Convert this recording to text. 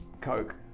Coke